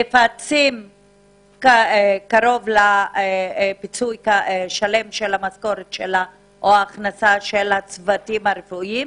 מפצים קרוב לפיצוי של ההכנסה של הצוותים הרפואיים.